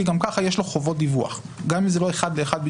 כי גם כך יש לו חובות דיווח גם אם זה לא בדיוק אחד לאחד.